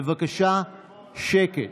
בבקשה, שקט.